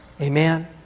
Amen